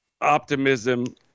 optimism